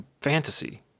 fantasy